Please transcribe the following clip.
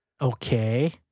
Okay